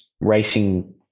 racing